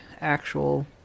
actual